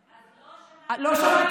את לא שמעת,